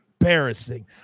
embarrassing